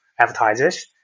advertisers